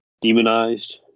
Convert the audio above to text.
demonized